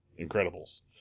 Incredibles